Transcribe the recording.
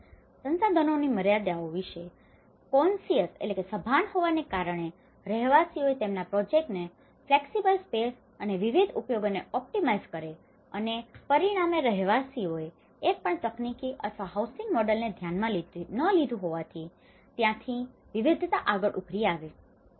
અને સંસાધનોની મર્યાદાઓ વિશે કોનસિયસ conscious સભાન હોવાને કારણે રહેવાસીઓએ તેમના પ્રોજેક્ટ્સને ફ્લેક્સિબલ સ્પેસ અને વિવિધ ઉપયોગોને ઑપ્ટિમાઇઝ કરે છે અને પરિણામે રહેવાસીઓએ એક પણ તકનીકી અથવા હાઉસિંગ મોડેલને ધ્યાનમાં ન લીધું હોવાથી ત્યાંની વિવિધતા આગળ ઊભરી આવે છે